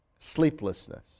Sleeplessness